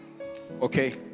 Okay